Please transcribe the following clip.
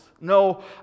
No